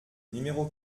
numéro